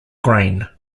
grain